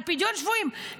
על פדיון שבויים,